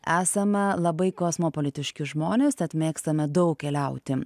esame labai kosmopolitiški žmonės tad mėgstame daug keliauti